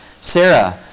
Sarah